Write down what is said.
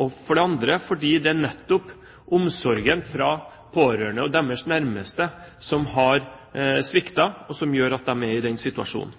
og for det andre fordi det nettopp er omsorgen fra pårørende og deres nærmeste som har sviktet, og som gjør at de er i den situasjonen.